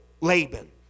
Laban